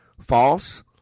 False